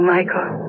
Michael